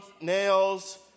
nails